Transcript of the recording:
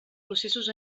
processos